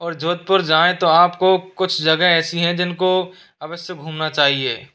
और जोधपुर जाएँ तो आपको कुछ जगह ऐसी हैं जिनको अवश्य घूमना चाहिए